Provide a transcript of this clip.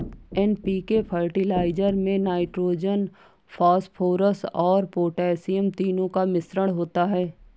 NPK fertiliser में nitrogen, phosphorus और potassium तीनों का मिश्रण होता है